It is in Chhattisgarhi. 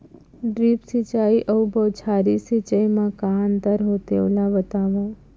ड्रिप सिंचाई अऊ बौछारी सिंचाई मा का अंतर होथे, ओला बतावव?